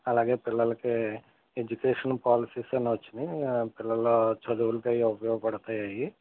అలాగే పిల్లలకి education policies అని వచ్చాయి పిల్లల చదువులకి అవి ఉపయోగపడతాయి అవి